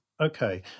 Okay